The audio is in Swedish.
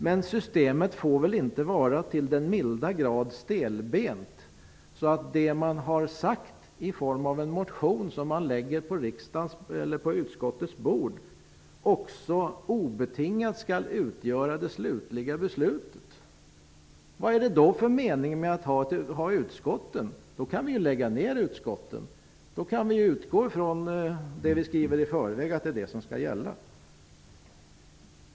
Men systemet får väl inte vara så till den milda grad stelbent att det man har sagt i form av en motion som läggs på utskottets bord obetingat skall utgöra det slutliga beslutet? Vad är det då för mening med att ha utskott? Då kan vi ju lägga ned dem och utgå ifrån att det som vi skriver i förväg skall gälla.